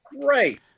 great